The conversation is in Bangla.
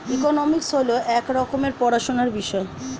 ইকোনমিক্স হল এক রকমের পড়াশোনার বিষয়